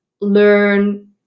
learn